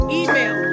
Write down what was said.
email